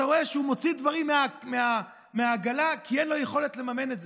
אתה רואה שהוא מוציא דברים מהעגלה כי אין לו יכולת לממן את זה.